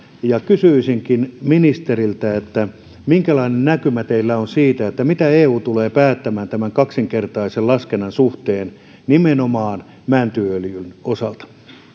kysyisinkin ministeriltä minkälainen näkymä teillä on siitä mitä eu tulee päättämään tämän kaksinkertaisen laskennan suhteen nimenomaan mäntyöljyn osalta